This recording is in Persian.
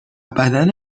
بدن